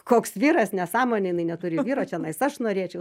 koks vyras nesąmonė jinai neturi vyro čionais aš norėčiau